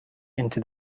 into